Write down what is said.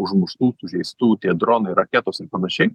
užmuštų sužeistų tie dronai raketos ir panašiai